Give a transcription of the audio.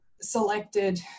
selected